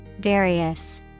various